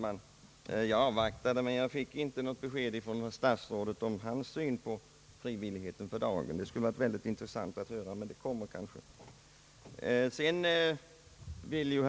Herr talman! Jag avvaktade ett besked från statsrådet beträffande dennes syn för dagen på frågan om frivilligheten, men jag fick inte något sådant besked. Det kanske kommer senare.